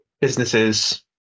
businesses